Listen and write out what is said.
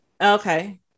Okay